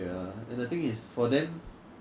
whatever 钱 you can put in you just